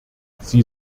sie